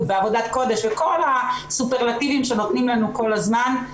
ועבודת קודש וכל הסופרלטיבים שנותנים לנו כל הזמן,